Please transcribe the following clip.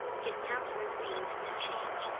his countenance seemed to change,